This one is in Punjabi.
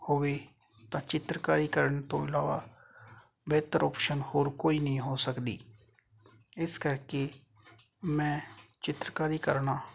ਹੋਵੇ ਤਾਂ ਚਿੱਤਰਕਾਰੀ ਕਰਨ ਤੋਂ ਇਲਾਵਾ ਬਿਹਤਰ ਆਪਸ਼ਨ ਹੋਰ ਕੋਈ ਨਹੀਂ ਹੋ ਸਕਦੀ ਇਸ ਕਰਕੇ ਮੈਂ ਚਿੱਤਰਕਾਰੀ ਕਰਨਾ